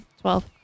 Twelve